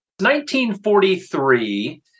1943